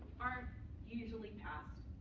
aren't usually passed.